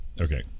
okay